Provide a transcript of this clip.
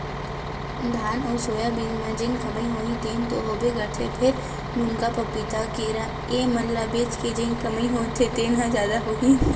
धान अउ सोयाबीन म जेन कमई होही तेन तो होबे करथे फेर, मुनगा, पपीता, केरा ए मन ल बेच के जेन कमई होही तेन ह जादा होही